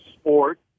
sport